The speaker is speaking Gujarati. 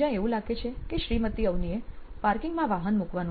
જ્યાં એવું લાગે છે કે શ્રીમતી અવનીએ પાર્કિંગ માં વાહન મુકવાનું છે